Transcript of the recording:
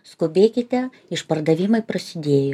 skubėkite išpardavimai prasidėjo